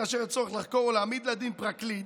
כאשר יש צורך לחקור או להעמיד לדין פרקליט,